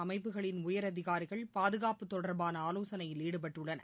அமைப்புகளின் உயர் அதிகாரிகள் பாதுகாப்பு தொடர்பான ஆலோசனையில் ஈடுபட்டுள்ளனர்